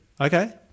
Okay